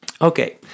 Okay